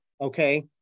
Okay